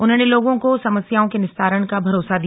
उन्होंने लोगों को समस्याओं के निस्तारण का भरोसा दिया